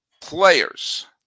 players